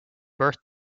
birth